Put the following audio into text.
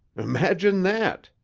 imagine that,